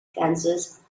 kansas